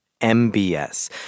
MBS